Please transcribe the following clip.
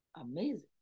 amazing